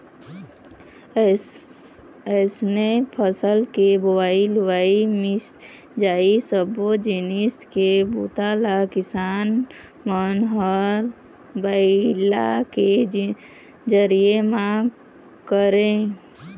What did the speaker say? अइसने फसल के बोवई, लुवई, मिंजई सब्बो जिनिस के बूता ल किसान मन ह बइला के जरिए म करय